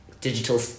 digital